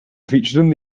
featured